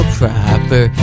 proper